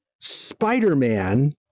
Spider-Man